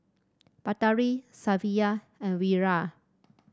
Batari Safiya and Wira